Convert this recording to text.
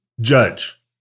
judge